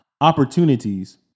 opportunities